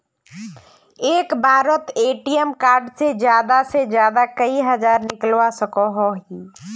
एक बारोत ATM card से ज्यादा से ज्यादा कई हजार निकलवा सकोहो ही?